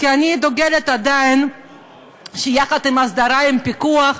כי עדיין אני דוגלת בכך שיחד עם ההסדרה והפיקוח,